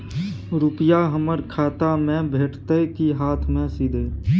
रुपिया हमर खाता में भेटतै कि हाँथ मे सीधे?